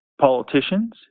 politicians